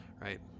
right